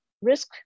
risk